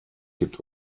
kippt